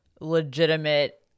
legitimate